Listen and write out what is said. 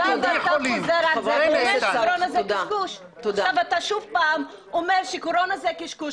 אתה שוב אומר שקורונה זה קשקוש,